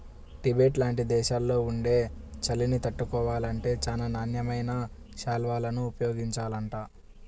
Tibet లాంటి దేశాల్లో ఉండే చలిని తట్టుకోవాలంటే చానా నాణ్యమైన శాల్వాలను ఉపయోగించాలంట